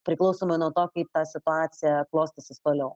priklausomai nuo to kaip ta situacija klostysis toliau